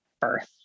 birth